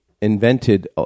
invented